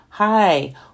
Hi